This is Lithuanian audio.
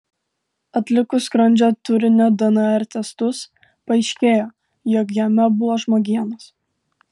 atlikus skrandžio turinio dnr testus paaiškėjo jog jame buvo žmogienos